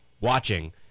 watching